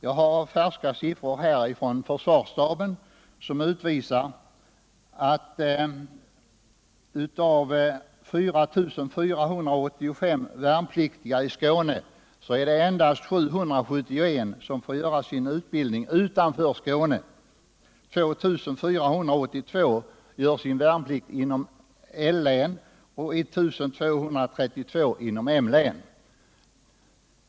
Jag har färska siffror från försvarsstaben, och dessa visar att av 4485 värnpliktiga i Skåne behöver endast 771 fullgöra sin utbildning utanför Skåne. 2 482 gör sin värnplikt inom L län och 1 232 inom M län.